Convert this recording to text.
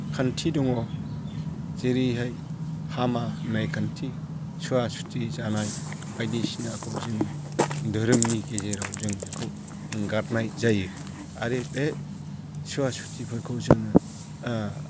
खान्थि दङ जेरैहाय हामा होननाय खान्थि सुवा सुति जानाय बायदिसिनाखौ जोंनि धोरोमनि गेजेराव जों बेखौ एंगारनाय जायो आरो बे सुवा सुतिफोरखौ जोङो